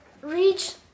reach